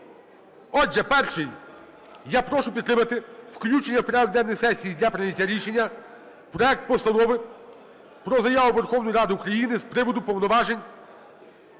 Отже, перший, я прошу підтримати включення в порядок денний сесії для прийняття рішення проект Постанови про Заяву Верховної Ради України з приводу відновлення